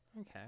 Okay